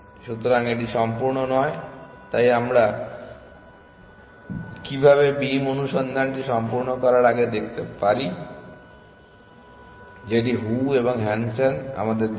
সুতরাং এটি সম্পূর্ণ নয় তাই আমরা কীভাবে বীম অনুসন্ধানটি সম্পূর্ণ করার আগে দেখতে পারি যেটি হু এবং হ্যানসেন আমাদের দিয়েছেন